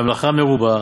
והמלאכה מרובה,